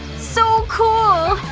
so cool.